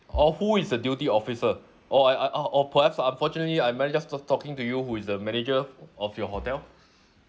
or who is the duty officer or I uh or perhaps unfortunately uh managers just talking to you who is the manager o~ of your hotel